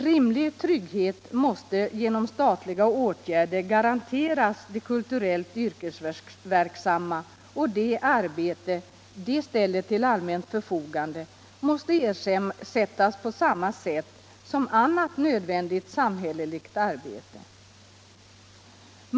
Rimlig trygghet måste genom statliga åtgärder garanteras de kulturellt yrkesverksamma, och det arbete de ställer till allmänt förfogande måste ersättas på samma sätt som annat nödvändigt samhälleligt arbete.